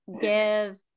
give